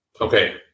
Okay